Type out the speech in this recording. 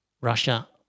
Russia